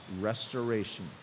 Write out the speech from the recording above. restoration